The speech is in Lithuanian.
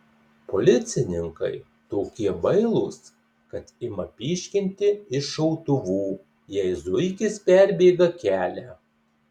policininkai tokie bailūs kad ima pyškinti iš šautuvų jei zuikis perbėga kelią